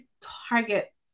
target